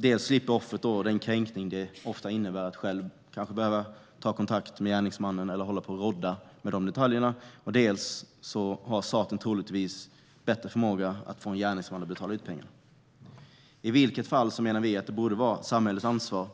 Offret slipper då den kränkning det ofta innebär att själv kanske behöva ta kontakt med gärningsmannen eller hålla på och rådda med de detaljerna. Staten har troligtvis också bättre förmåga att få en gärningsman att betala ut pengarna. I vilket fall borde det vara samhällets ansvar